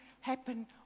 happen